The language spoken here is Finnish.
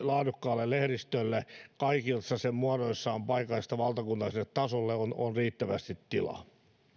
laadukkaalle lehdistölle kaikissa sen muodoissa on paikallisesta valtakunnalliselle tasolle riittävästi tilaa